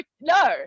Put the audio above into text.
no